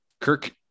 Kirk